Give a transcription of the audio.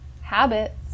habits